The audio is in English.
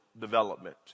development